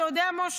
אתה יודע משה?